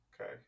Okay